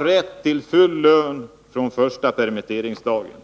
ges rätt till full lön från första permitteringsdagen.